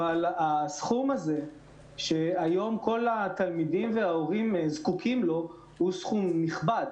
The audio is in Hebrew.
הסכום הזה שהיום כל התלמידים וההורים זקוקים לו הוא סכום נכבד.